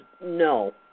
no